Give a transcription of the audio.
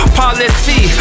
policy